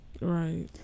Right